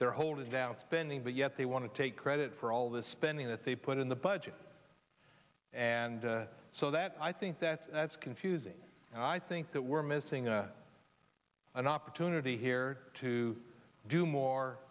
they're holding down spending but yet they want to take credit for all the spending that they put in the budget and so that i think that that's confusing and i think that we're missing an opportunity here to do more